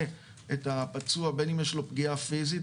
את הפצוע בין אם יש לו פגיעה פיזית,